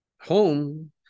home